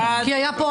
מי נמנע?